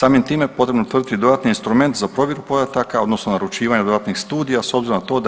Samim time potrebno je utvrditi dodatni instrument za provedbu podataka odnosno naručivanje dodatnih studija s obzirom na to